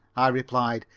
i replied,